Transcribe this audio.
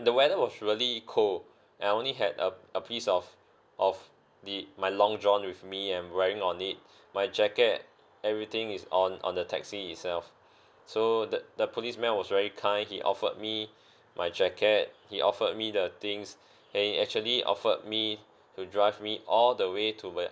the weather was really cold and I only had a a piece of of the my long john with me and wearing on it my jacket everything is on on the taxi itself so the the policeman was very kind he offered me my jacket he offered me the things and he actually offered me to drive me all the way to where